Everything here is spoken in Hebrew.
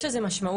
יש לזה משמעות.